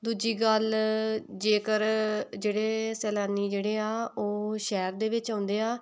ਦੂਜੀ ਗੱਲ ਜੇਕਰ ਜਿਹੜੇ ਸੈਲਾਨੀ ਜਿਹੜੇ ਆ ਉਹ ਸ਼ਹਿਰ ਦੇ ਵਿੱਚ ਆਉਂਦੇ ਆ